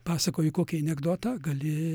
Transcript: pasakoji kokį anekdotą gali